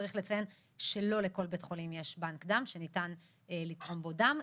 וצריך לציין שלא לכל בית חולים יש בנק דם שניתן לתרום בו דם.